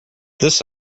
this